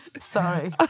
Sorry